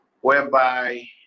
whereby